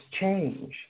change